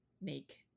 make